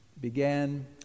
began